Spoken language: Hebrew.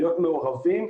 להיות מעורבים,